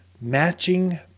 matching